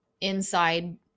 inside